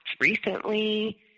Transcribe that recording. recently